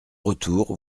retour